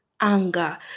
anger